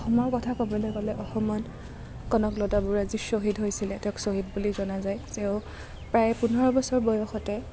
অসমৰ কথা ক'বলৈ গ'লে অসমত কনকলতা বৰুৱা যি শ্বহীদ হৈছিলে তেওঁক শ্বহীদ বুলি জনা যায় তেওঁ প্ৰায় পোন্ধৰ বছৰ বয়সতে